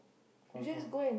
confirm